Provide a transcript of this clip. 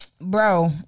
Bro